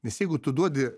nes jeigu tu duodi